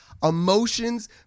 emotions